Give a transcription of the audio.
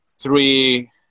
three